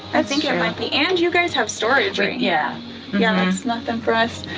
i think it might be and you guys have storage. yeah yeah there's nothing for us.